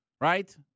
Right